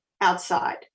outside